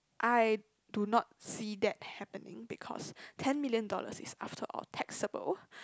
I do not see that happening because ten million dollars if after all taxable